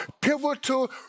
pivotal